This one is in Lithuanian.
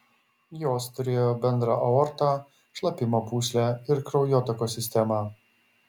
jos turėjo bendrą aortą šlapimo pūslę ir kraujotakos sistemą